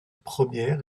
première